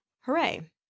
Hooray